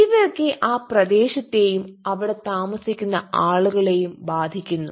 ഇവയൊക്കെ ആ പ്രദേശത്തെയും അവിടെ താമസിക്കുന്ന ആളുകളെയും ബാധിക്കുന്നു